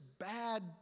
bad